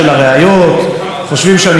יהיה קשה להוכיח אותו בבית המשפט.